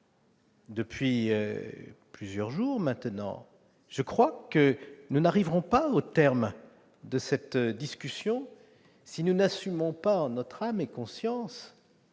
depuis plusieurs jours maintenant, nous n'arriverons pas au terme de cette discussion si nous n'assumons pas, en notre âme et conscience,